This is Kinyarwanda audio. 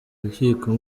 urukiko